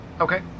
Okay